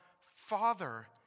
Father